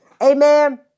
Amen